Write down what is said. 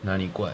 哪里怪